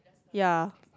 ya